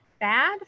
bad